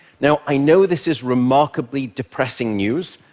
now, i know this is remarkably depressing news.